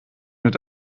mit